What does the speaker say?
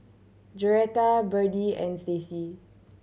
Joretta Byrdie and Stacy